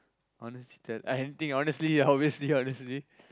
honest to tell anything honestly honestly honestly